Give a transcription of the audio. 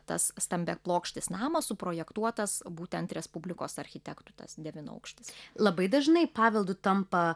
tas stambiaplokštis namas suprojektuotas būtent respublikos architektų tas devynaukštis labai dažnai paveldu tampa